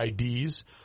IDs